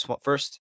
first